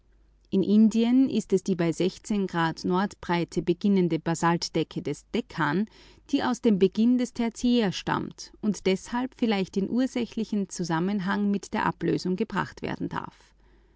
in indien ist es die bei grad nord breite beginnende basaltdecke des dekan die aus dem beginn des tertiär stammt und deshalb vielleicht in ursächlichen zusammenhang mit der ablösung gebracht werden darf